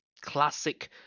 classic